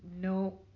no